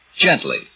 Gently